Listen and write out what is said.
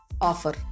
offer